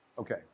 Okay